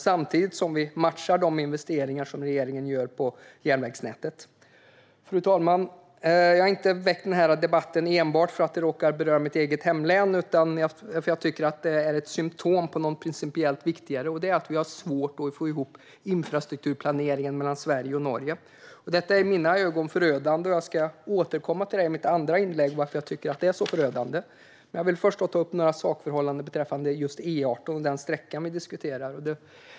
Samtidigt matchar vi de investeringar som regeringen gör på järnvägsnätet. Fru talman! Jag har inte bett om den här debatten enbart för att den råkar beröra mitt eget hemlän. Det här är ett symtom på något principiellt viktigare, nämligen att vi har svårt att få ihop infrastrukturplaneringen mellan Sverige och Norge. Det är i mina ögon förödande, och i mitt andra inlägg ska jag återkomma till det. Jag vill först ta upp några sakförhållanden beträffande just E18 och den sträcka som vi diskuterar.